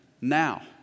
now